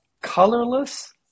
colorless